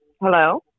hello